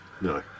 No